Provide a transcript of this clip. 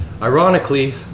Ironically